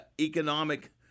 economic